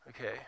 Okay